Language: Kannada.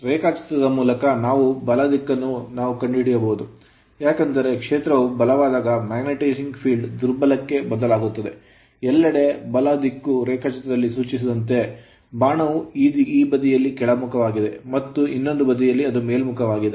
ರೇಖಾಚಿತ್ರದ ಮೂಲಕ ನಾವು ಬಲ ದಿಕ್ಕನ್ನು ನಾವು ಕಂಡುಹಿಡಿಯಬಹುದು ಏಕೆಂದರೆ ಕ್ಷೇತ್ರವು ಬಲವಾದ magnetising field ಕಾಂತೀಯ ಕ್ಷೇತ್ರದಿಂದ ದುರ್ಬಲಕ್ಕೆ ಬದಲಾಗುತ್ತದೆ ಎಲ್ಲೆಡೆ ಬಲ ದಿಕ್ಕು ರೇಖಾಚಿತ್ರದಲ್ಲಿ ಸೂಚಿಸಿದಂತೆ ಬಾಣವು ಈ ಬದಿಯಲ್ಲಿ ಕೆಳಮುಖವಾಗಿದೆ ಮತ್ತು ಇನ್ನೊಂದು ಬದಿಯಲ್ಲಿ ಅದು ಮೇಲ್ಮುಖವಾಗಿದೆ